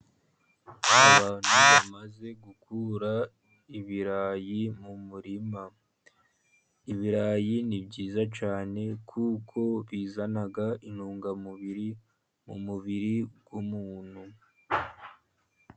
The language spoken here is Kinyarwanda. Abantu bamaze gukura ibirayi mu murima, ibirayi ni byiza cyane kuko bizana intungamubiri mu mubiri w'umuntu.